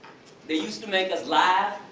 they used to make us laugh,